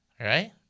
Right